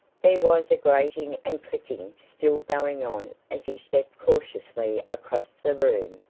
there was a grating and clicking still going on as he stepped cautiously across the room,